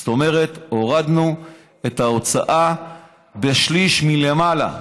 זאת אומרת הורדנו את ההוצאה בשליש מלמעלה.